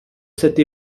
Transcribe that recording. cette